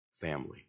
family